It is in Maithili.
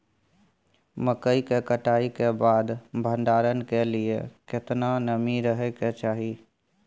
मकई के कटाई के बाद भंडारन के लिए केतना नमी रहै के चाही?